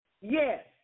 yes